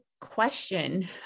question